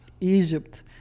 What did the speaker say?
egypt